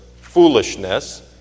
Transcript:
foolishness